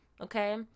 Okay